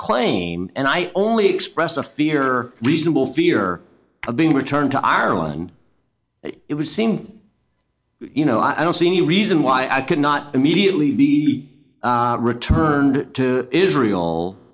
claim and i only express a fear reasonable fear of being returned to ireland it would seem you know i don't see any reason why i could not immediately be returned to israel